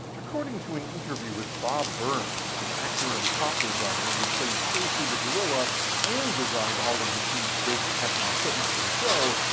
according to an interview with bob burns, the actor and prop designer who played tracy the gorilla and designed all of the team's ghost catching equipment for the show,